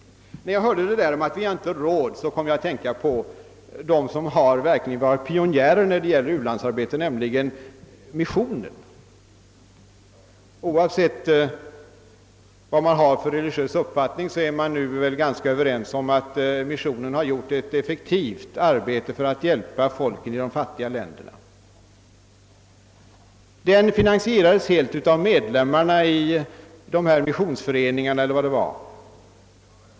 När jag hörde att vi inte skulle ha råd kom jag att tänka på den verklige pionjären när det gäller u-landsarbete, nämligen missionen. Oavsett vad man har för religiös uppfattning är man ganska överens om att missionen har gjort ett effektivt arbete för att hjälpa folken i de fattiga länderna. Den finansierades helt av medlemmarna i dessa missionsföreningar.